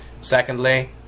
secondly